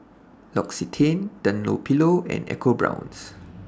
L'Occitane Dunlopillo and EcoBrown's